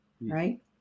right